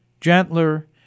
gentler